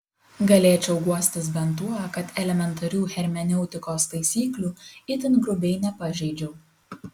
galėčiau guostis bent tuo kad elementarių hermeneutikos taisyklių itin grubiai nepažeidžiau